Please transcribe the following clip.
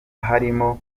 harimo